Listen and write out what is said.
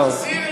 טוב.